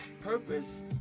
purpose